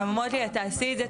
הן אומרות לי את תעשי את זה,